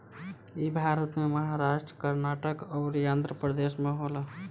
इ भारत के महाराष्ट्र, कर्नाटक अउरी आँध्रप्रदेश में होला